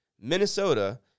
Minnesota